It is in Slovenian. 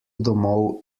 domov